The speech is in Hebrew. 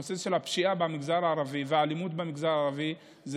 הנושא של הפשיעה במגזר הערבי והאלימות במגזר הערבי זה